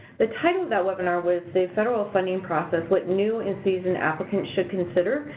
the title of that webinar was the federal funding process what new and seasoned applicants should consider.